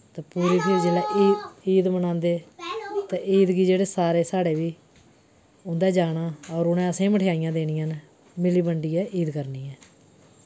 ते पूरी फ्ही जिसलै ईद मनांदे ते ईद गी जेह्ड़े सारे साढ़े बी उंदै जाना होर उनें असेंगी मठाई देनियां न मिली बंडियै ईद करनी ऐ